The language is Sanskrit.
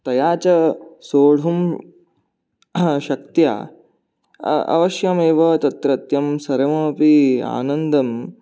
तया च सोढुं शक्त्या अ अवश्यमेव तत्रत्यं सर्वमपि आनन्दम्